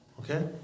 Okay